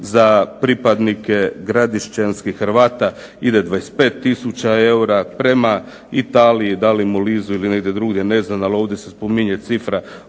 za pripadnike Gradišćanskih Hrvata ide 25 tisuća eura, prema Italiji da li Molisseu ili negdje drugdje ne znam, ali ovdje se spominje cifra